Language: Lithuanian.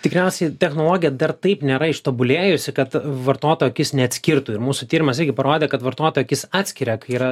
tikriausiai technologija dar taip nėra ištobulėjusi kad vartotojo akis neatskirtų ir mūsų tyrimas parodė kad vartotojo akis atskiria kai yra